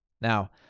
Now